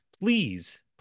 please